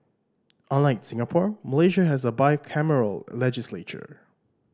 unlike Singapore Malaysia has a bicameral legislature